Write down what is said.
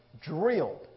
drilled